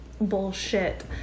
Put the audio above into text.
bullshit